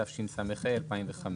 התשס"ה-2005,